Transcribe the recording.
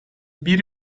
bir